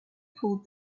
pulled